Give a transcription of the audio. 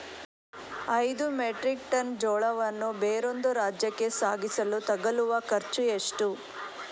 ಐದು metric tonne ಜೋಳವನ್ನು ಬೇರೊಂದು ರಾಜ್ಯಕ್ಕೆ ಸಾಗಿಸಲು ತಗಲುವ ಖರ್ಚು ಎಷ್ಟು?